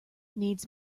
needs